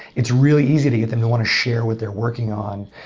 it's really easy to get them to want to share what they're working on